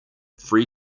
free